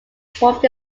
formed